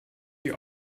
wie